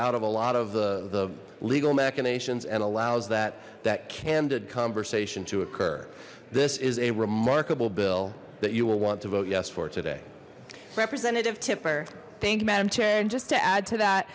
out of a lot of the the legal machinations and allows that that candid conversation to occur this is a remarkable bill that you will want to vote yes for today representative tipper thank you madam chair and just to add to that